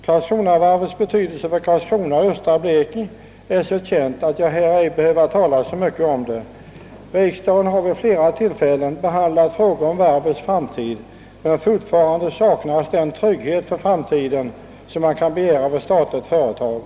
Karlskronavarvets betydelse för Karlskrona och östra Blekinge är så känd att jag här inte behöver tala så mycket om den. Riksdagen har vid flera tillfällen behandlat frågan om varvets framtid, men fortfarande saknas den trygghet som man kan begära i ett statligt företag.